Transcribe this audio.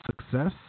success